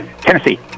Tennessee